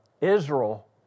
Israel